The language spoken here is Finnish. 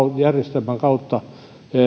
järjestelmän kautta